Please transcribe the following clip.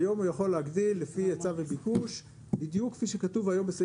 היום הוא יכול להגדיל לפי היצע וביקוש בדיוק כפי שכתוב היום בסעיף